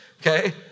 okay